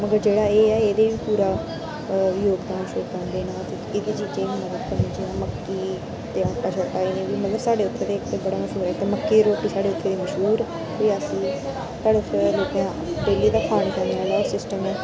मगर जेह्ड़ा एह् ऐ एह्दे च पूरा योगदान शोगदान देना ते इनें चीजे बी मतलब जियां मक्की ते आटा शाटा इनें बी मतलब साढ़ै उत्थै ते इक मक्की दी रोटी साढ़े उत्थै दी मश्हूर रियासी दी साढ़ै उत्थै लोकें दा डेली दा खान पीन दा सिस्टम ऐ